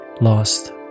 lost